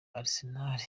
arsenal